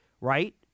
right